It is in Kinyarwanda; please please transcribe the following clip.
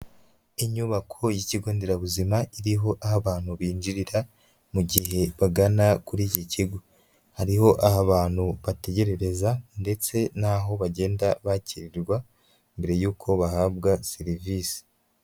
Inyubako y'ikigo nderabuzima, iriho aho abantu binjirira, mu gihe bagana kuri iki kigo. Hariho aho abantu bategerereza, ndetse n'aho bagenda bakirirwa, mbere yuko bahabwa serivisi.